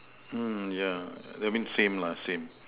mm yeah that mean same lah same